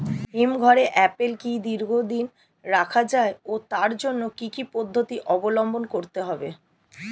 হিমঘরে আপেল কি দীর্ঘদিন রাখা যায় ও তার জন্য কি কি পদ্ধতি অবলম্বন করতে হবে?